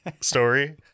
story